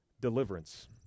deliverance